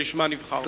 שלשמה נבחרנו.